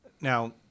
Now